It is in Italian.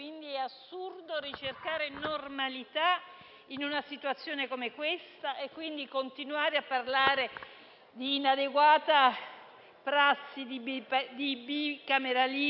ricercare normalità in circostanze come questa e continuare a parlare di inadeguata prassi e di bicameralismo